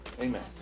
Amen